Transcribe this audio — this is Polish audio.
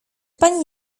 pani